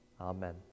Amen